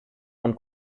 von